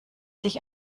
sich